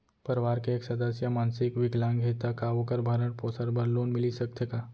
परवार के एक सदस्य हा मानसिक विकलांग हे त का वोकर भरण पोषण बर लोन मिलिस सकथे का?